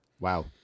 Wow